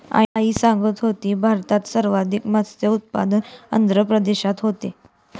आई सांगत होती, भारतात सर्वाधिक मत्स्य उत्पादन आंध्र प्रदेशात होते